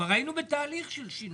כבר היינו בתהליך של שינוי,